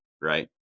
right